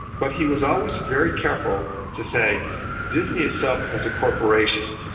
but he was always very careful to say disney itself as a corporation,